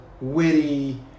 witty